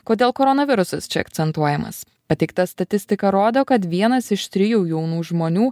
kodėl koronavirusas čia akcentuojamas pateikta statistika rodo kad vienas iš trijų jaunų žmonių